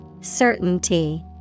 Certainty